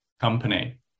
company